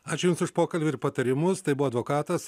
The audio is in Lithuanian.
ačiū jums už pokalbį ir patarimus tai buvo advokatas